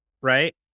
right